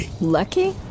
Lucky